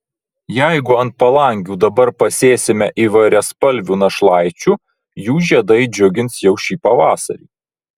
jeigu ant palangių dabar pasėsime įvairiaspalvių našlaičių jų žiedai džiugins jau ši pavasarį